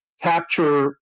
capture